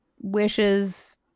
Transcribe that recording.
wishes